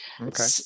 Okay